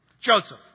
Joseph